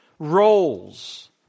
roles